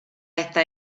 esta